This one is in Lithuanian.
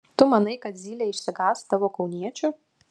tu manai kad zylė išsigąs tavo kauniečių